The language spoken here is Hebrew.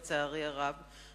לצערי הרב.